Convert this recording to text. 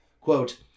Quote